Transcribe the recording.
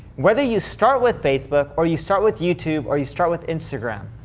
whether you start with facebook, or you start with youtube, or you start with instagram,